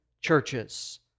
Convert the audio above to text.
churches